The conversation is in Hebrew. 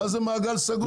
מה זה מעגל סגור?